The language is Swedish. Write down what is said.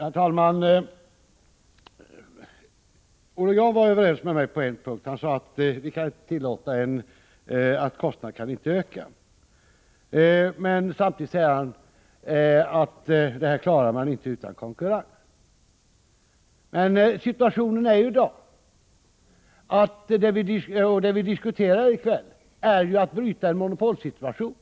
Herr talman! Olle Grahn var överens med mig på en punkt. Han sade att vi inte kan tillåta att kostnaderna ökar. Men samtidigt säger han att man inte klarar detta utan konkurrens. Men det vi diskuterar i kväll är att bryta en monopolsituation.